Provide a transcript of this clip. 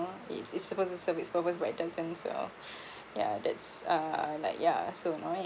it's it's supposed to serve its purpose but it doesn't so yeah that's uh like yeah so annoying